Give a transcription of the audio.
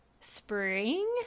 spring